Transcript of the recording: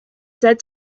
said